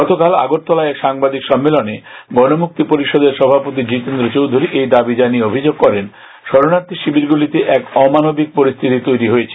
গতকাল আগরতলায় এক সাংবাদিক সম্মেলনে গণমুক্তি পরিষদের সভাপতি জিতেন্দ্র চৌধুরী এই দাবি জানিয়ে অভিযোগ করেন শরণার্থী শিবিরগুলিতে এক অমানবিক পরিস্থিতি তৈরি হয়েছে